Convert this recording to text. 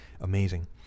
amazing